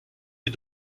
est